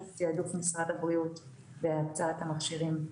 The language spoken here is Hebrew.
רק אני אומר - זה משהו שמגדיל את ההתחשבנות בינינו לבין בתי החולים,